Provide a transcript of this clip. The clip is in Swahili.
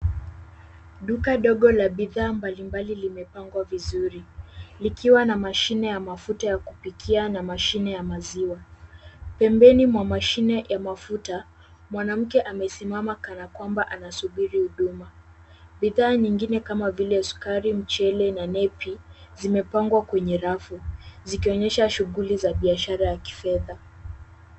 Duka dogo la bidhaa mbalimbali limepangwa vizuri likiwa na mashine ya mafuta ya kupikia na mashine ya maziwa. Pembeni mwa mashine ya mafuta, mwanamke amesimama kana kwamba anasubiri huduma. Bidhaa nyingine kama vile sukari, mchele na nepi zimepangwa kwenye rafu zikionyesha shughuli za biashara ya kifedha.